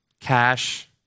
cash